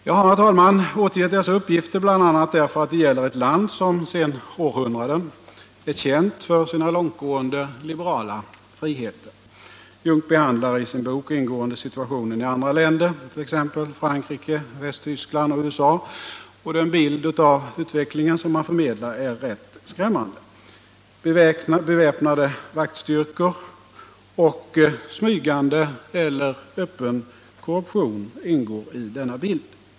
Jag har, herr talman, återgett dessa uppgifter bl.a. därför att de gäller ett land som sedan århundraden är känt för sina långtgående liberala friheter. Jungk behandlar i sin bok ingående situationen i andra länder, t.ex. Frankrike, Västtyskland och USA, och den bild av utvecklingen som han förmedlar är rätt skrämmande. Beväpnade vaktstyrkor och smygande eller öppen korruption ingår i denna bild.